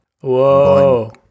whoa